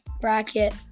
bracket